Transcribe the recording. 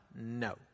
no